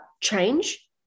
change